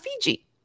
Fiji